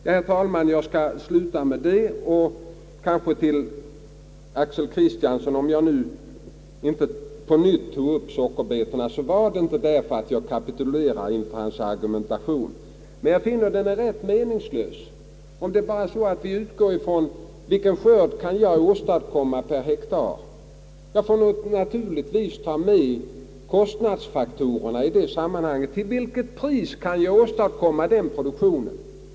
Herr talman, jag skall sluta att tala härom och säga till Axel Kristiansson att om jag nu inte tar upp sockerbetorna så är det inte därför att jag kapitulerar inför hans argumentation. Men jag finner att den är rätt meningslös. Vi får inte endast utgå från vilken skörd som kan åstadkommas per hektar. Vi måste naturligtvis ta med kostnadsfaktorerna, till vilket pris vi kan åstadkomma skörden.